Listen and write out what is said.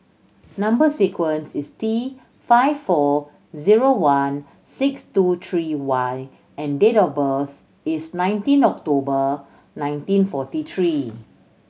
number sequence is T five four zero one six two three Y and date of birth is nineteen October nineteen forty three